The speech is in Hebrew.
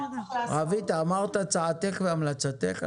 רוית, אמרת את הצעתך ואת המלצתך.